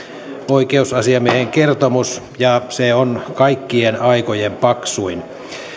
oikeusasiamiehen kertomus ja se on kaikkien aikojen paksuin